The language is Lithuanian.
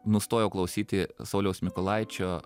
nustojau klausyti sauliaus mykolaičio